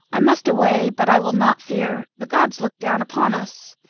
i must away, but i will not fear. the gods look down upon us.